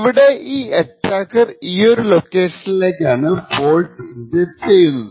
ഇവിടെ ഈ അറ്റാക്കർ ഈയൊരു ലൊക്കേഷനിലേക്കാണ് ഫോൾട്ട് ഇൻജെക്ട് ചെയ്യുന്നത്